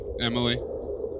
Emily